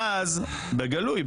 בנט לא היה צריך לנסוע רחוק ואז בגלוי,